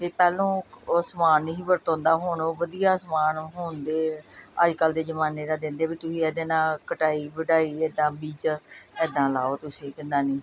ਅਤੇ ਪਹਿਲਾਂ ਉਹ ਸਮਾਨ ਨਹੀਂ ਸੀ ਵਰਤ ਹੁੰਦਾ ਹੁਣ ਉਹ ਵਧੀਆ ਸਮਾਨ ਹੁਣ ਦੇ ਅੱਜ ਕੱਲ੍ਹ ਦੇ ਜ਼ਮਾਨੇ ਦਾ ਦਿੰਦੇ ਵੀ ਤੁਹੀਂ ਇਹਦੇ ਨਾਲ ਕਟਾਈ ਵਢਾਈ ਇੱਦਾਂ ਬੀਜ ਇੱਦਾਂ ਲਾਓ ਤੁਸੀਂ ਕਿੰਨਾ ਨਹੀਂ